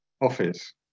office